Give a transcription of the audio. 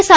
S